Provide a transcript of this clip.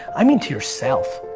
i mean to yourself.